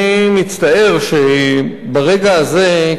אני מצטער שברגע הזה,